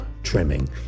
trimming